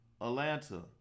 Atlanta